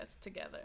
together